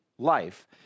life